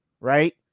right